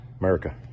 America